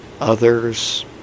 Others